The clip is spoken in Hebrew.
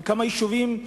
וכמה יישובים,